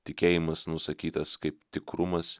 tikėjimas nusakytas kaip tikrumas